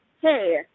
hey